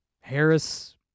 Harris